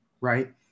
right